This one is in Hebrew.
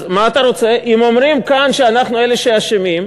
אז מה אתה רוצה, אם אומרים כאן שאנחנו אלה שאשמים?